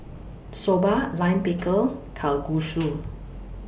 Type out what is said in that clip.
Soba Lime Pickle Kalguksu